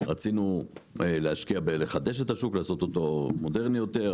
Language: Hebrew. רצינו להשקיע בלחדש את השוק ולעשות אותו מודרני יותר,